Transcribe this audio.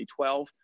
2012